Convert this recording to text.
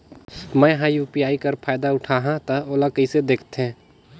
मैं ह यू.पी.आई कर फायदा उठाहा ता ओला कइसे दखथे?